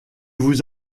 vous